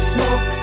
Smoke